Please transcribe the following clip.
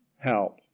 help